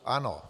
Ano.